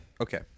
Okay